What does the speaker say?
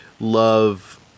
love